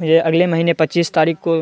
مجھے اگلے مہینے پچیس تاریخ کو